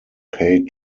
paid